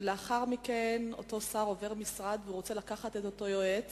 ולאחר מכן אותו שר עובר משרד ורוצה לקחת את אותו יועץ